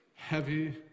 heavy